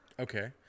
Okay